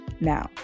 Now